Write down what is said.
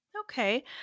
Okay